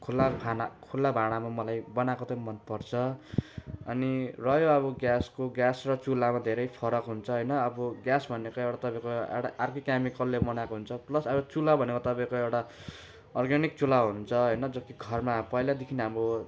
खुला खाना खुला भाँडामा मलाई बनाएको त मन पर्छ अनि रह्यो अब ग्यासको ग्यास र चुलामा धेरै फरक हुन्छ होइन अब ग्यास भनेको एउटा तपाईँको एउटा अर्कै क्यामिकलले बनाएको हुन्छ प्लस अब चुला भनेको तपाईँको एउटा अर्ग्यानिक चुला हुन्छ होइन जो कि घरमा पहिलादेखि अब